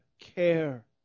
care